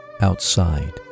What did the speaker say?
outside